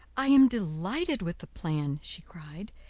i am delighted with the plan, she cried,